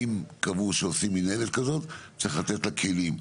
אם קבעו שעושים מנהלת כזאת, צריך לתת לה כלים.